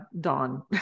Dawn